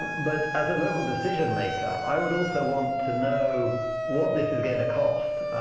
but as a local decision-maker, i would also want to know what this is going to cost.